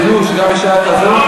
זה חידוש גם בשעה כזאת.